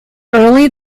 early